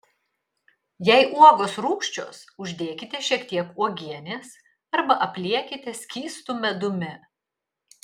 jei uogos rūgščios uždėkite šiek tiek uogienės arba apliekite skystu medumi